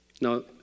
Now